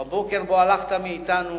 בבוקר שבו הלכת מאתנו